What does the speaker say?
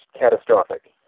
catastrophic